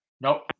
Nope